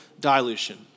dilution